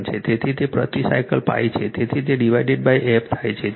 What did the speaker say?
તેથી તે પ્રતિ સાયકલ 𝜋 છે તેથી તે ડિવાઇડેડ f થાય છે